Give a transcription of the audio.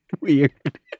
weird